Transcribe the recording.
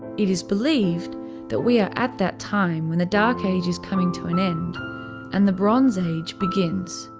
it is believed that we are at that time when the dark age is coming to an end and the bronze age begins.